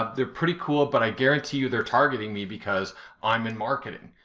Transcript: they're pretty cool, but i guarantee you they're targeting me because i'm in marketing.